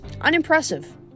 unimpressive